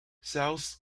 cells